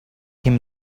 him